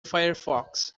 firefox